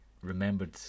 remembered